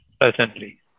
presently